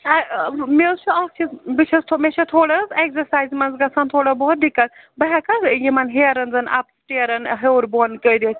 آ مےٚ حظ چھُ اَکھ چیٖز بہٕ چھَس تھو بہٕ چھَس تھوڑا حظ اٮ۪کزَرسایزِ منٛز گژھان تھوڑا بہت دِقعت بہٕ ہٮ۪کھا یِمَن ہیرَن زَن اَپ سِٹیرَن ہیوٚر بۅن کٔرِتھ